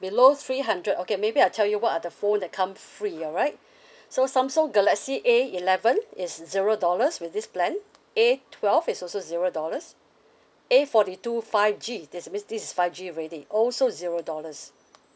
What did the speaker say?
below three hundred okay maybe I tell you what are the phone that come free alright so samsung galaxy A eleven is zero dollars with this plan A twelve is also zero dollars A forty two five G this means this is five G ready also zero dollars